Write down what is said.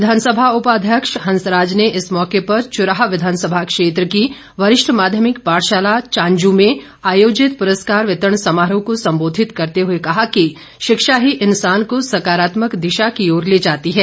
विधानसभा उपाध्यक्ष हंसराज ने इस मौके पर चूराह विधानसभा क्षेत्र की वरिष्ठ माध्यमिक पाठशाला चांजू में आयोजित पुरस्कार वितरण समारोह को संबोधित करते हुए कहा कि शिक्षा ही इन्सान को सकारात्मक दिशा की ओर ले जाती है